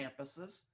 campuses